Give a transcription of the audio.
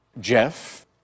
Jeff